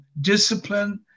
discipline